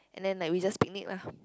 and then like we just picnic lah